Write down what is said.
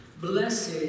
Blessed